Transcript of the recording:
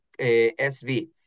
sv